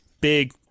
big